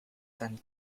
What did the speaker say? and